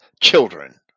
children